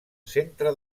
centre